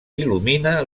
il·lumina